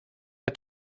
der